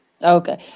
Okay